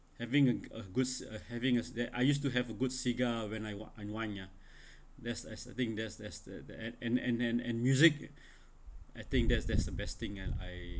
having a g~ uh goods are having a that I used to have a good cigar when I will unwind ya that's as I think there's as there's as and and and and music I think that's that's the best thing and I